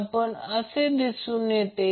आता Qc ही एक अतिशय सोपी गोष्ट आहे Qc P असेल